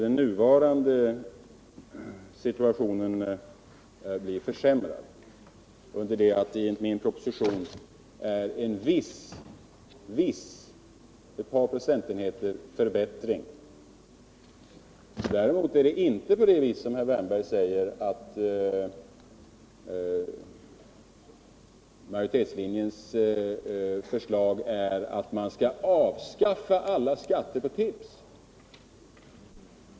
Den nuvarande situationen blir alltså försämrad enligt det förslaget under det att min proposition innebär förbättring med ett par procentenheter. Däremot är det inte på det viset som herr Wärnberg säger att majoritetens förslag är att man skall avskaffa alla skatter på tips.